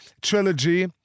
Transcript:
trilogy